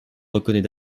reconnaît